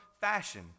fashion